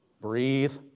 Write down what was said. Breathe